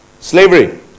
Slavery